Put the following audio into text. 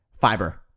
Fiber